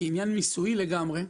מעניין ניסויי לגמרי.